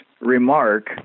remark